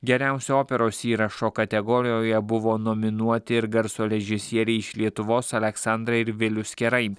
geriausio operos įrašo kategorijoje buvo nominuoti ir garso režisieriai iš lietuvos aleksandra ir vilius kerai